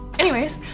anyways,